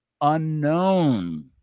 unknown